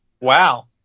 wow